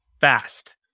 fast